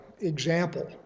example